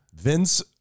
vince